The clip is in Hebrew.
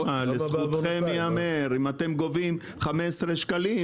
לזכותכם ייאמר - אם אתם גובים 15 שקלים,